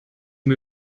mir